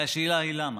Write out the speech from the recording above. והשאלה היא למה.